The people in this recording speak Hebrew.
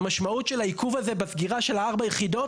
המשמעות של העיכוב הזה בסגירה של 4 היחידות,